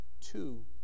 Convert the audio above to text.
two